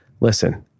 listen